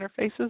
interfaces